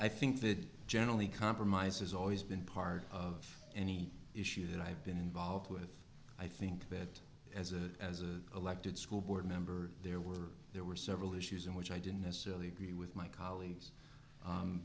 i think that generally compromise has always been part of any issue that i've been involved with i think that as a as a elected school board member there were there were several issues in which i didn't necessarily agree with my colleagues